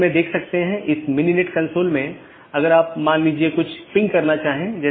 जब ऐसा होता है तो त्रुटि सूचना भेज दी जाती है